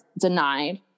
denied